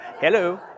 hello